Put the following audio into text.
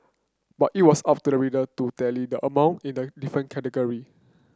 but it was up to the reader to tally the amount in the different category